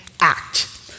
act